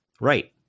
Right